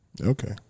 okay